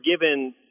given